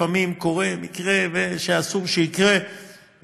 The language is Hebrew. לפעמים קורה מקרה שאסור שיקרה,